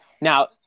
now